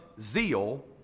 zeal